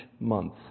month